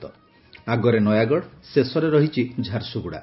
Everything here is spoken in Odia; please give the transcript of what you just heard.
ଆଗରେ ନୟାଗଡ଼ ଶେଷରେ ରହିଛି ଝାରସୁଗୁଡ଼ା